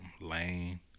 lane